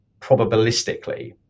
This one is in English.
probabilistically